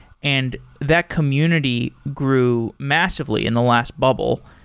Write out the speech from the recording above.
and that community grew massively in the last bubble.